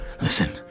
listen